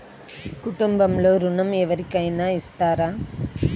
కుటుంబంలో ఋణం ఎవరికైనా ఇస్తారా?